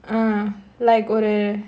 uh like ஒரு:oru